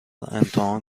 امتحان